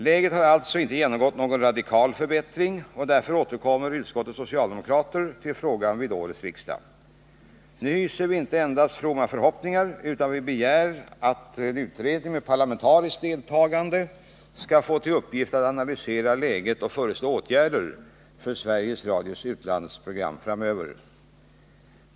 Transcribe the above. Läget har alltså inte genomgått någon radikal förbättring, och därför återkommer utskottets socialdemokrater till frågan vid årets riksmöte. Nu hyser vi inte endast fromma förhoppningar, utan nu begär vi att en utredning med parlamentariskt deltagande skall få till uppgift att analysera läget och föreslå åtgärder för Sveriges Radios utlandsprogram.